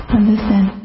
understand